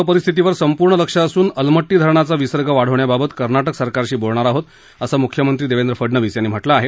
राज्यातल्या प्रपस्थितीवर पूर्णपणे लक्ष असून अलमट्टी धरणाचा विसर्ग वाढवण्याबाबत कर्नाटक सरकारशी बोलणार आहोत असं म्ख्यमंत्री देवेंद्र फडनवीस यांनी म्हटलं आहे